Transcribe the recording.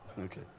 Okay